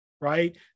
right